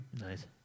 Nice